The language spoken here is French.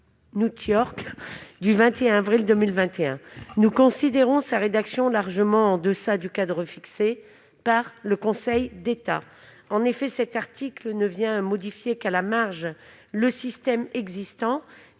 du 21 avril 2021. Nous considérons sa rédaction largement en deçà du cadre fixé par le Conseil d'État. En effet, cet article ne modifie qu'à la marge le système existant,